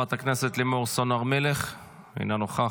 תודה רבה.